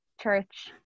church